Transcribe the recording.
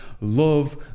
Love